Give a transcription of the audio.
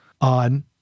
on